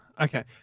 Okay